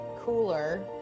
Cooler